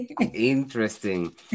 Interesting